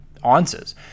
answers